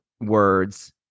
words